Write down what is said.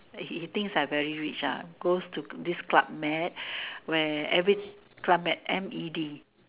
he he thinks I very rich ah goes to this club med where every club med M E D